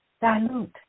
Dilute